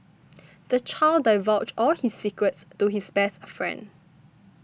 the child divulged all his secrets to his best friend